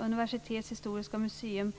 universitets historiska museum